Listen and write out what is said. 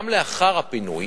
גם לאחר הפינוי,